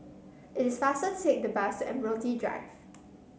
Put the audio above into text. it is faster to take the bus to Admiralty Drive